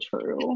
true